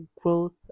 growth